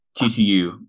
TCU